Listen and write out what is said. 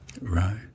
Right